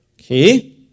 Okay